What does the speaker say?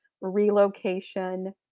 relocation